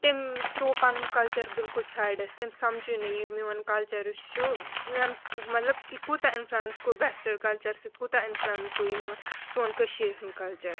تٔمۍ ترٛوٗو پَنُن کَلچَر بالکل سایڈَس تٔمۍ سَمجھُے نہٕ یہِ میوٗن کَلچَر یُس چھُ مطلب کہِ کوٗتاہ اِنفلَنس کوٚر ویسٹٲرٕن کَلچَر سۭتۍ کوٗتاہ اِنفٕلَنس گوٚو یہِ میوٗن سوٗن کٔشیٖر ہُنٛد کَلچَر